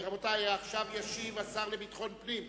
רבותי, עכשיו ישיב השר לביטחון פנים.